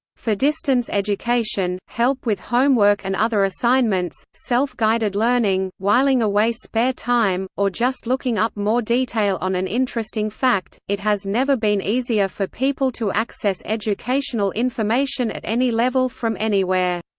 for distance education, help with homework and other assignments, self-guided learning, whiling away spare time, or just looking up more detail on an interesting fact, it has never been easier for people to access educational information at any level from anywhere.